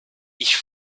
ich